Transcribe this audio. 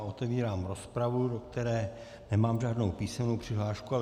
Otevírám rozpravu, do které nemám žádnou písemnou přihlášku.